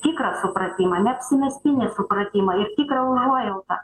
tikrą supratimą neapsimestinį nesupratimą ir tikrą užuojautą